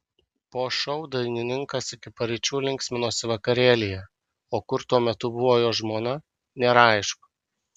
po šou dainininkas iki paryčių linksminosi vakarėlyje o kur tuo metu buvo jo žmona nėra aišku